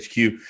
HQ